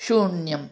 शून्यम्